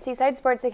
seaside sports